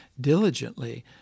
diligently